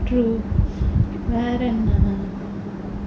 true வேற:vera